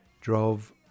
Drove